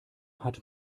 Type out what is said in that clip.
hat